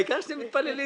העיקר שאתם מתפללים.